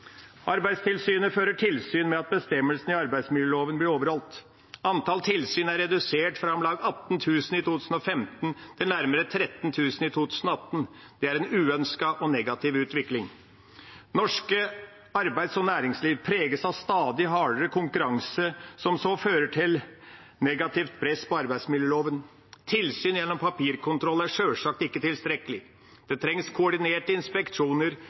Arbeidstilsynet fører tilsyn med at bestemmelsene i arbeidsmiljøloven blir overholdt. Antallet tilsyn er redusert fra om lag 18 000 i 2015 til nærmere 13 000 i 2018. Det er en uønsket og negativ utvikling. Norsk arbeids- og næringsliv preges av stadig hardere konkurranse som så fører til negativt press på arbeidsmiljøloven. Tilsyn gjennom papirkontroll er sjølsagt ikke tilstrekkelig. Det trengs koordinerte inspeksjoner